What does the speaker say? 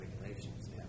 regulations